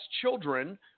children